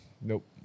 Nope